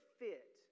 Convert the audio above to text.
fit